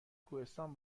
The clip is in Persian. کوهستان